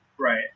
Right